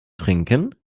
trinken